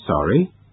sorry